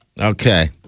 Okay